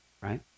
Right